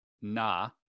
nah